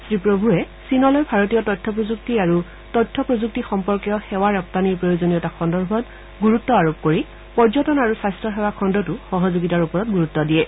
শ্ৰীপ্ৰভূৱে চীনলৈ ভাৰতীয় তথ্যপ্ৰযুক্তি আৰু তথ্যপ্ৰযুক্তি সম্পৰ্কীয় সেৱা ৰপ্তানিৰ প্ৰয়োজনীয়তা সন্দৰ্ভত গুৰুত্ আৰোপ কৰি পৰ্যটন আৰু স্বাস্থ্য সেৱা খণ্ডতো সহযোগিতাৰ ওপৰত গুৰুত্ব দিয়ে